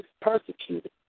persecuted